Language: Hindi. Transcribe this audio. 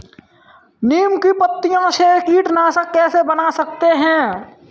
नीम की पत्तियों से कीटनाशक कैसे बना सकते हैं?